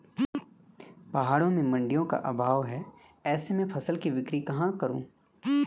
पहाड़ों में मडिंयों का अभाव है ऐसे में फसल की बिक्री कहाँ करूँ?